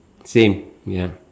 same ya